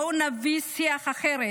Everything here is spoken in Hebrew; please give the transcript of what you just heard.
בואו נביא שיח אחר,